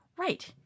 right